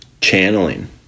channeling